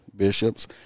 bishops